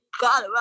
God